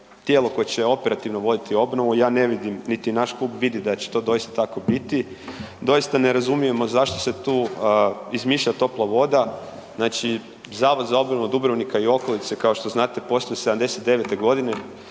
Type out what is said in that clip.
tijelo koje će operativno voditi obnovu, ja ne vidim, niti naš klub vidi da će to doista tako biti. Doista ne razumijemo zašto se tu izmišlja topla voda. Znači, Zavod za obnovu Dubrovnika i okolice kao što znate postoji od